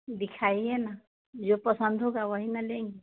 दिखाइए ना जो पसंद होगा वही ना लेंगे